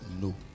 no